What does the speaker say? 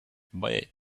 beth